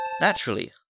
Naturally